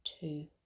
Two